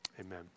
amen